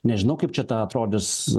nežinau kaip čia ta atrodys